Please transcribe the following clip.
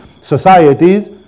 societies